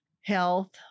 health